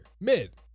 Mid